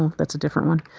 that's a different one.